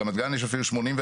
ברמת גן יש אפילו 81%,